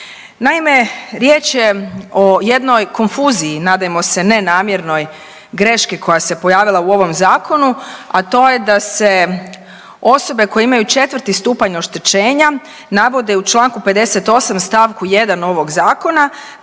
Naime, riječ je o jednoj konfuziji nadajmo se nenamjernoj greške koja se pojavila u ovom zakonu, a to je da se osobe koje imaju 4. stupanj oštećenja navode u čl. 58. st. 1. ovog zakona